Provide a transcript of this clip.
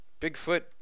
Bigfoot